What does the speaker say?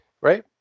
right